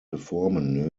reformen